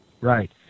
Right